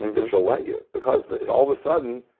if she'll let you. because all of a sudden,